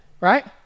right